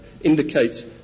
indicates